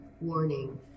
Warning